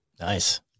Nice